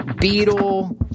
beetle